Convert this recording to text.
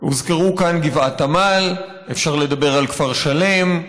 הוזכרו כאן את גבעת עמל, ואפשר לדבר על כפר שלם,